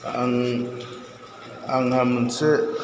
आं आंहा मोनसे